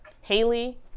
Haley